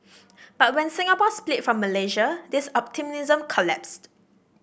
but when Singapore split from Malaysia this optimism collapsed